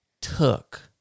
took